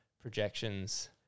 projections